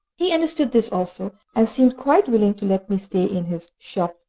he understood this also, and seemed quite willing to let me stay in his shop,